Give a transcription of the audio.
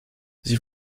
sie